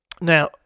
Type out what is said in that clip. Now